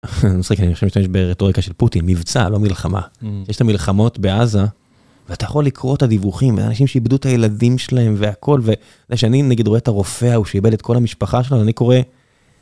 מצחיק אני עכשיו משתמש ברטוריקה של פוטין מבצע לא מלחמה. יש את המלחמות בעזה ואתה יכול לקרוא את הדיווחים אנשים שאיבדו את הילדים שלהם והכל ושאני נגיד רואה את הרופא הוא שאיבד את כל המשפחה שלו אני קורא.